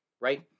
right